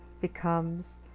becomes